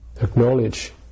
Acknowledge